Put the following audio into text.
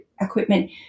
equipment